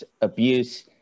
abuse